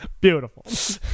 Beautiful